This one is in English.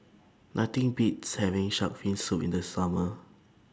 Nothing Beats having Shark's Fin Soup in The Summer